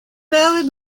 ballad